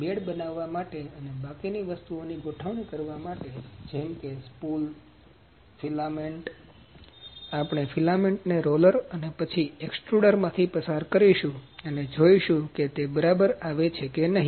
bed બનાવવા માટે અને બાકી વસ્તુઓની ગોઠવણી કરવા માટે જેમ કે સ્પૂલ ફિલામેન્ટ આપણે ફિલામેન્ટને રોલર અને પછી એક્સ્ટ્રૂડર માથી પસાર કરીશું અને જોઈશું કે તે બરાબર આવે છે કે નહીં